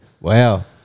Wow